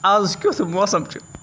آز کِیُتھ موسم چھُ ؟